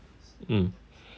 mm